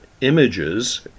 images